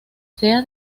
sea